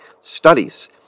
studies